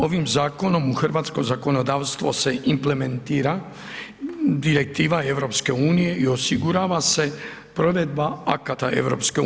Ovim zakonom u hrvatsko zakonodavstvo se implementira direktiva EU i osigurava se provedba akata EU.